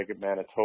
Manitoba